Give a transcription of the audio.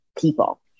people